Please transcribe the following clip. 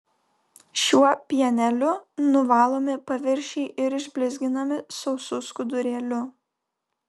šiuo pieneliu nuvalomi paviršiai ir išblizginami sausu skudurėliu